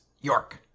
york